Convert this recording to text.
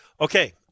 Okay